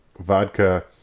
vodka